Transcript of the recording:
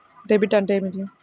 Debit అంటే ఏమిటి?